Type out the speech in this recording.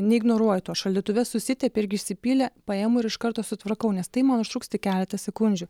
neignoruoju to šaldytuve susitepė irgi išsipylė paimu ir iš karto sutvarkau nes tai man užtruks tik keletą sekundžių